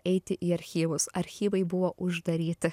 eiti į archyvus archyvai buvo uždaryti